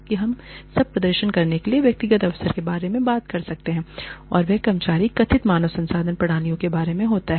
जब हम प्रदर्शन करने के लिए व्यक्तिगत अवसर के बारे में बात करते हैं तो वह कर्मचारी कथित मानव संसाधन प्रणालियों के बारे में होता है